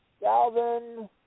Galvin